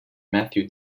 mathew